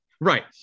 right